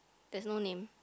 there's no name